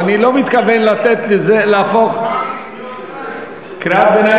אבל אני לא מתכוון לתת לזה להפוך, קריאות ביניים.